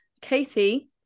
Katie